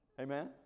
Amen